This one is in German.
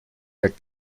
der